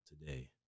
today